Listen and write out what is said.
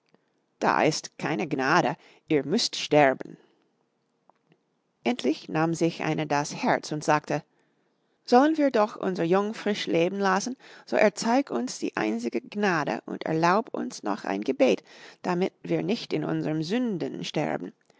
da ist keine gnade ihr müßt sterben endlich nahm sich eine das herz und sagte sollen wir doch unser jung frisch leben lassen so erzeig uns die einzige gnade und erlaub uns noch ein gebet damit wir nicht in unsern sünden sterben